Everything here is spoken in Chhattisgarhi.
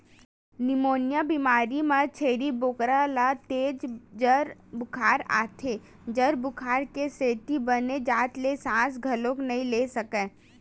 निमोनिया बेमारी म छेरी बोकरा ल तेज जर बुखार आथे, जर बुखार के सेती बने जात ले सांस घलोक नइ ले सकय